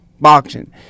boxing